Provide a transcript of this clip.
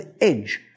edge